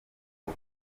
uko